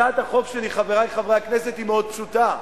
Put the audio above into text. הצעת החוק שלי, חברי חברי הכנסת, היא מאוד פשוטה.